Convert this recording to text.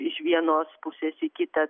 iš vienos pusės į kitą